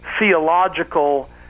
theological